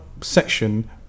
section